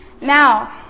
Now